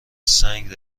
سنگ